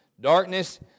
darkness